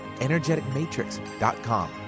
energeticmatrix.com